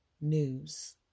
news